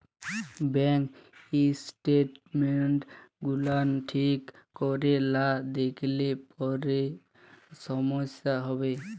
bank statements গুলান ঠিক ক্যরে লা লিখলে পারে সমস্যা হ্যবে